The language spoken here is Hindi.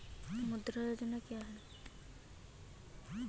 मुद्रा योजना क्या है?